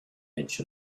edge